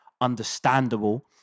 understandable